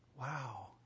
Wow